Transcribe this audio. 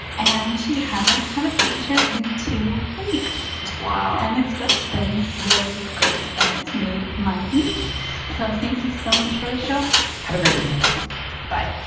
and she hasn't had a seizure in two weeks wow and it's just been really great. and it's made my week so thank you so much for the show have a great weekend bye